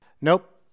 Nope